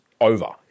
over